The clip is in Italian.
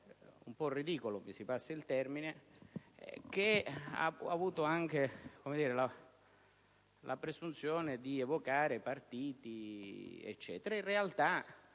un po' ridicolo - mi si passi il termine - che ha avuto anche la presunzione di evocare partiti e così